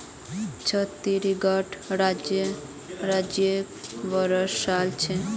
छत्तीसगढ़ राज्येर राजकीय वृक्ष साल छे